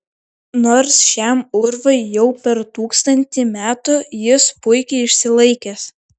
nors šiam urvui jau per tūkstantį metų jis puikiai išsilaikęs